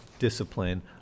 discipline